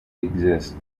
exist